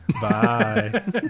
Bye